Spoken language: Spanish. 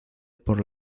por